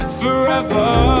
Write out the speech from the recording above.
forever